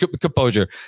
composure